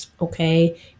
okay